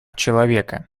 человека